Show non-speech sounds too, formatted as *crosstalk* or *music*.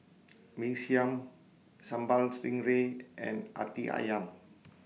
*noise* Mee Siam Sambal Stingray and Hati Ayam